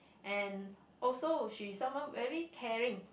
and also she's someone very caring